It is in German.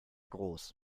groß